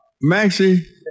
Maxie